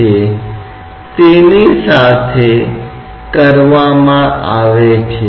और इसलिए यह सुधार उतना गंभीर नहीं है